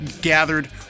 gathered